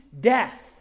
death